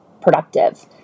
productive